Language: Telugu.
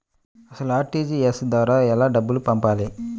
అసలు అర్.టీ.జీ.ఎస్ ద్వారా ఎలా డబ్బులు పంపాలి?